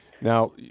now